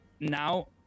now